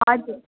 हजुर